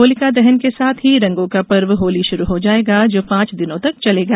होलिका दहन के साथ ही रंगों का पर्व होली शुरू हो जायेगा जो पांच दिनों तक चलेगा